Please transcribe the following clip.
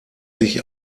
sich